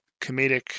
comedic